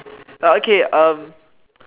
ah okay um